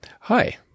hi